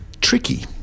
tricky